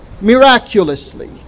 miraculously